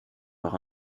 par